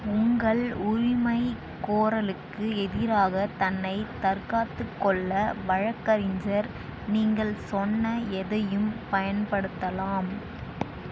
உங்கள் உரிமைகோரலுக்கு எதிராக தன்னை தற்காத்துக்கொள்ள வழக்கறிஞர் நீங்கள் சொன்ன எதையும் பயன்படுத்தலாம்